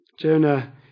Jonah